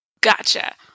Gotcha